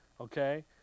okay